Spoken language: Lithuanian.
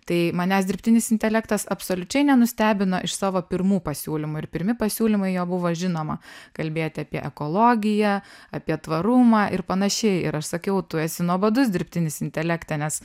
tai manęs dirbtinis intelektas absoliučiai nenustebino iš savo pirmų pasiūlymų ir pirmi pasiūlymai jo buvo žinoma kalbėti apie ekologiją apie tvarumą ir panašiai ir aš sakiau tu esi nuobodus dirbtinis intelekte nes